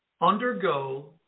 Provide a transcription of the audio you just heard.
Undergo